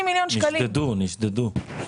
נשדדו, נשדדו.